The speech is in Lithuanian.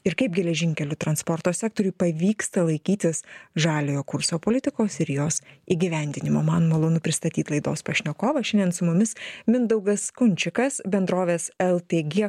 ir kaip geležinkelių transporto sektoriui pavyksta laikytis žaliojo kurso politikos ir jos įgyvendinimo man malonu pristatyt laidos pašnekovą šiandien su mumis mindaugas skunčikas bendrovės ltg